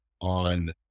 on